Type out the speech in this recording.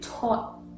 taught